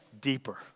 deeper